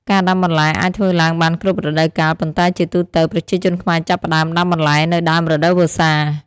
ការដាំបន្លែអាចធ្វើឡើងបានគ្រប់រដូវកាល ប៉ុន្តែជាទូទៅ ប្រជាជនខ្មែរចាប់ផ្ដើមដាំបន្លែនៅ ដើមរដូវវស្សា។